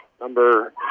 number